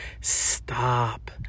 stop